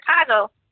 Chicago